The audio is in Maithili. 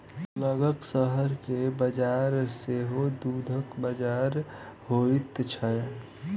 लगक शहर के बजार सेहो दूधक बजार होइत छै